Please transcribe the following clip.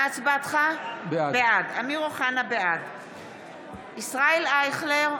בעד ישראל אייכלר,